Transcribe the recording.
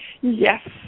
yes